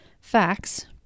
facts